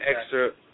extra